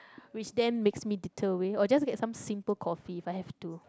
which then makes me deter away or just get some simple coffee if I have to